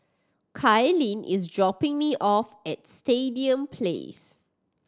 Cailyn is dropping me off at Stadium Place